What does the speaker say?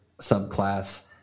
subclass